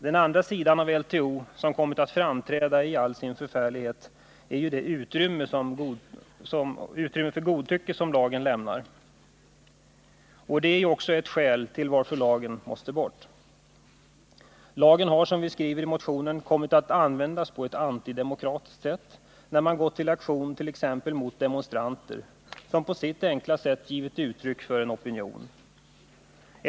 Den andra sidan av LTO som har kommit att framträda i all sin förfärlighet är ju det utrymme för godtycke som lagen lämnar. Också der är ett skäl till att lagen måste bort. Lagen har, som vi skriver i motionen, kommit att användas på ett antidemokratiskt sätt, när man har gått till aktion mott.ex. demonstranter, som på sitt enkla sätt givit uttryck för en opinion.